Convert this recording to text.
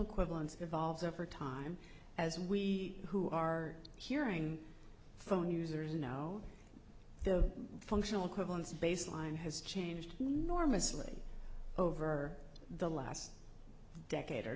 equivalence of evolves over time as we who are hearing phone users know the functional equivalent of baseline has changed over the last decade or